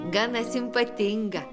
gana simpatinga